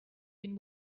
been